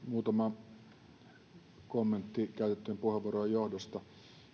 muutama kommentti käytettyjen puheenvuorojen johdosta